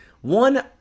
one